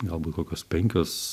galbūt kokios penkios